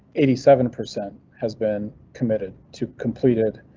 eighty seven percent has been committed to completed.